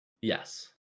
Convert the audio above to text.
Yes